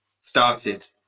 started